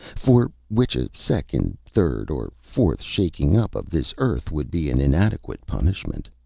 for which a second, third, or fourth shaking up of this earth would be an inadequate punishment.